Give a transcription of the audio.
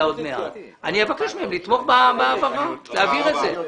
עוד מעט לתמוך בהעברה ולהעביר אותה.